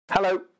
Hello